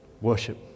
worship